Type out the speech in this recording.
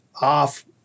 off